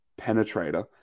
penetrator